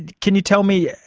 and can you tell me,